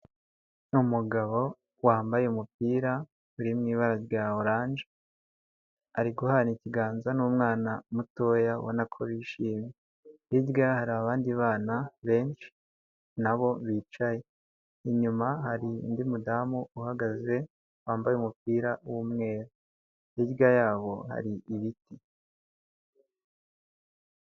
Umugabo wambaye umupira uri mu ibara rya oranje, ari guhana ikiganza n'umwana mutoya ubona ko bishimye, hirya hari abandi bana benshi nabo bicaye, inyuma hari undi mudamu uhagaze wambaye umupira w'umweru, hirya yaho hari ibiti.